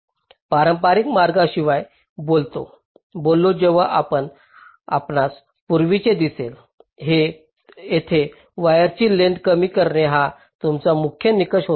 पारंपारिक मार्गांविषयी बोललो तेव्हा आता आपणास पूर्वीचे दिसेल तेथे वायरची लेंग्थस कमी करणे हा आमचा मुख्य निकष होता